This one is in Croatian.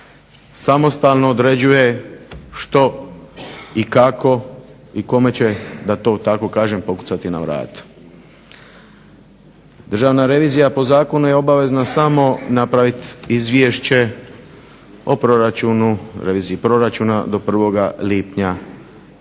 samostalno određuje što i kako i kome će da to tako kažem pokucati na vrata. Državna revizija po zakonu je obavezna samo napravit izvješće o proračunu, reviziji proračuna do 1. lipnja